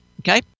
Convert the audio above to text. Okay